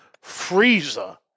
freezer